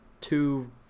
two